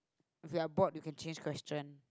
okay I bored you can change question